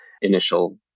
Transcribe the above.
initial